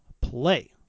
play